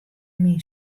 myn